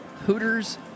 Hooters